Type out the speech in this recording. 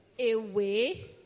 away